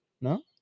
No